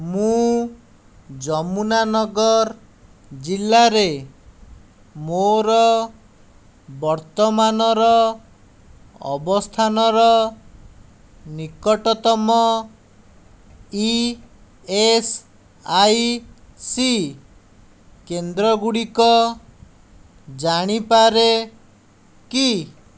ମୁଁ ଯମୁନାନଗର ଜିଲ୍ଲାରେ ମୋର ବର୍ତ୍ତମାନର ଅବସ୍ଥାନର ନିକଟତମ ଇ ଏସ୍ ଆଇ ସି କେନ୍ଦ୍ର ଗୁଡ଼ିକ ଜାଣିପାରେ କି